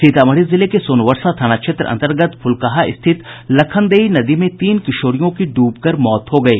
सीतामढ़ी जिले के सोनवर्षा थाना क्षेत्र अंतर्गत फुलकाहा स्थित लखनदेई नदी में तीन किशोरियों की डूब कर मौत हो गयी